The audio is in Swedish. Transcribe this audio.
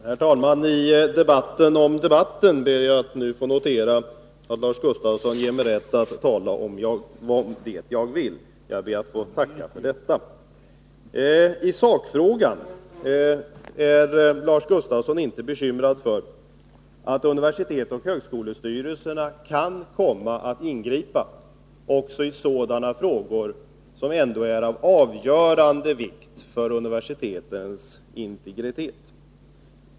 Herr talman! I debatten om debatten ber jag att nu få notera att Lars Gustafsson ger mig rätt att tala om det jag vill. Jag ber att få tacka för detta. Lars Gustafsson är inte bekymrad för sakfrågan, att universitetsoch högskolestyrelserna kan komma att ingripa också i sådana spörsmål som är av avgörande vikt för universitetens integritet.